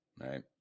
Right